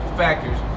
factors